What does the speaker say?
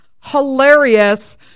Hilarious